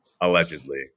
allegedly